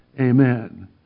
Amen